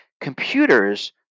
computers